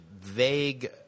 vague